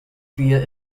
via